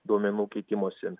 duomenų keitimosi